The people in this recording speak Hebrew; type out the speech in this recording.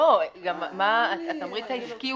גם מה התמריץ העסקי?